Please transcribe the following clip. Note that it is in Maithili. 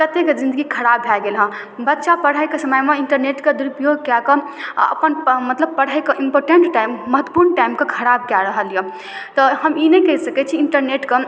कतेके जिन्दगी खराब भए गेलहँ बच्चा पढ़यके समयमे इन्टरनेटके दुरुपयोग कएकऽ आओर अपन मतलब पढ़यके इम्पोर्टेन्ट टाइम महत्वपूर्ण टाइमके खराब कए रहल यऽ तऽ हम ई नहि कहि सकय छी इन्टरनेटके